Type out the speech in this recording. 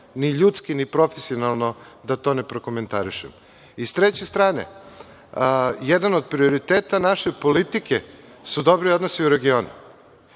ni ljudski, ni profesionalno da to ne prokomentarišem.S treće strane, jedan od prioriteta naše politike su dobri odnosi u regionu